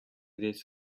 this